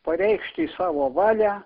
pareikšti savo valią